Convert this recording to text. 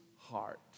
heart